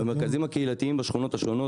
במרכזים הקהילתיים בשכונות השונות.